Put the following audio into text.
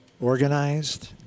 Organized